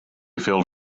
filled